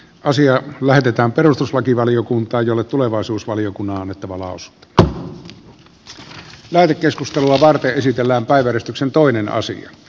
asia lähetetään perustuslakivaliokuntaan jolle tulevaisuusvaliokunnan ottawa los de la mer keskustelua varten esitellään vain tätä puolta vähän